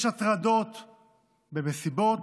יש הטרדות במסיבות,